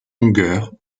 longueur